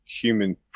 human